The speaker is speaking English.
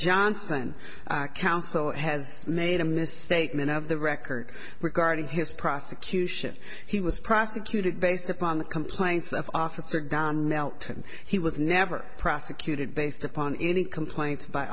johnson counsel has made a mistake many of the record regarding his prosecution he was prosecuted based upon the complaints of officer gone out and he was never prosecuted based upon any complaints by